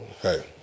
Hey